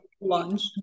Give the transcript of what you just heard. lunch